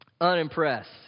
Unimpressed